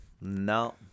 no